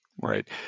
Right